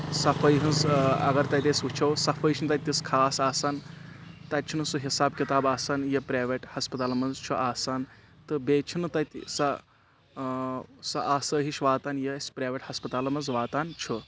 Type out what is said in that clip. صفٲیی ہٕنٛز اگر تَتہِ أسۍ وٕچھو صفٲیی چھِںہٕ تَتہِ تِژھ خاص آسان تَتہِ چھُنہٕ سُہ حساب کِتاب آسان یہِ پرٛیویٹ ہَسپَتالَن منٛز چھُ آسان تہٕ بیٚیہِ چھِنہٕ تَتہِ سۄ سۄ آسٲیِش واتان یہِ اَسِہ پرٛیویٹ ہَسپتالَن منٛز واتان چھُ